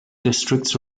districts